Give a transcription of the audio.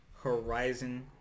Horizon